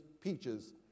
peaches